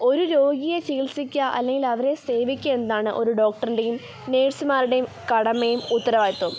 ഒരു രോഗിയെ ചികിത്സിക്കുക അല്ലെങ്കിൽ അവരെ സേവിക്കുക എന്നതാണ് ഒരു ഡോക്ടറിൻ്റെയും നേഴ്സ്മാരുടെയും കടമയും ഉത്തരവാദിത്വവും